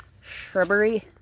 shrubbery